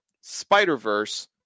Spider-Verse